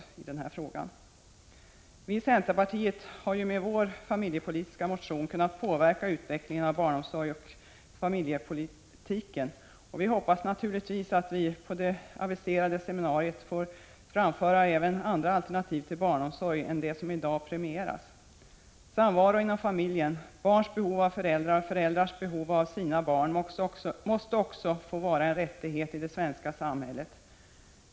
Vi i centerpartiet har ju med vår familjepolitiska motion velat påverka utvecklingen på barnomsorgsoch familjepolitikens område. Vi hoppas naturligtvis att vi på det aviserade seminariet får framföra alternativ till den barnomsorg som i dag premieras. Samvaron inom familjen, tillgodoseendet av barns behov av föräldrarna och föräldrars behov av sina barn, måste också få vara en rättighet i det svenska samhället.